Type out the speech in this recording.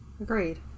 Agreed